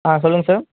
ஆ சொல்லுங்கள் சார்